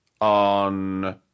on